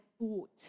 bought